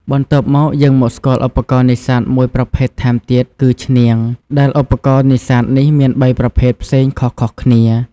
បន្ទាប់មកយើងមកស្គាល់ឧបករណ៍នេសាទមួយប្រភេទថែមទៀតគឺ ឈ្នាង ដែលឧបករណ៍នេសាទនេះ មាន៣ប្រភេទផ្សេងខុសៗគ្នា។